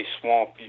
swamp